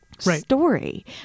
story